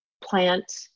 plant